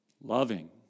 loving